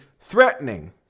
threatening